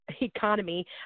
economy